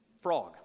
frog